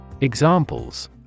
Examples